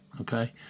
okay